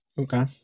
Okay